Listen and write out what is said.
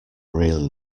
really